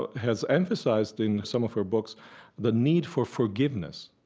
but has emphasized in some of her books the need for forgiveness,